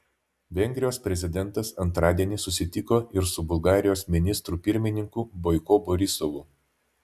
vengrijos prezidentas antradienį susitiko ir su bulgarijos ministru pirmininku boiko borisovu